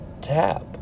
tap